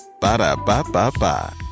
Ba-da-ba-ba-ba